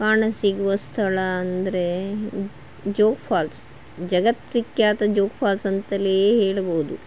ಕಾಣಸಿಗುವ ಸ್ಥಳ ಅಂದರೆ ಜೋಗ್ ಫಾಲ್ಸ್ ಜಗತ್ವಿಖ್ಯಾತ ಜೋಗ್ ಫಾಲ್ಸ್ ಅಂತಲೇ ಹೇಳ್ಬೋದು